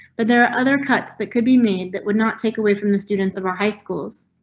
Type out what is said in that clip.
but there are other cuts that could be made that would not take away from the students of our high schools.